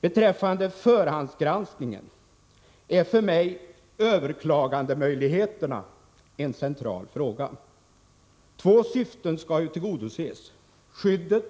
Beträffande förhandsgranskningen är för mig överklagandemöjligheterna en central fråga. Två syften skall tillgodoses. Skyddet